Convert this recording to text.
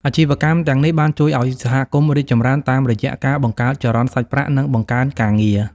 អាជីវកម្មទាំងនេះបានជួយឱ្យសហគមន៍រីកចម្រើនតាមរយៈការ បង្កើតចរន្តសាច់ប្រាក់ និងបង្កើនការងារ។